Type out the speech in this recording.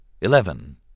Eleven